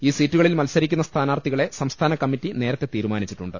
ഈ സീറ്റുകളിൽ മത്സരിക്കുന്ന സ്ഥാനാർത്ഥികളെ സംസ്ഥാ നകമ്മറ്റി നേരത്തെ തീരുമനിച്ചിട്ടുണ്ട്